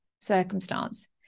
circumstance